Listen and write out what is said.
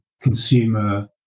consumer